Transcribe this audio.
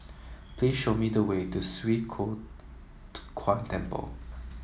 please show me the way to Swee Kow Kuan Temple